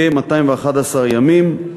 כ-211 ימים,